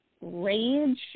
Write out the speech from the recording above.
rage